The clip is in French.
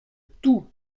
tous